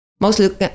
mostly